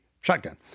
shotgun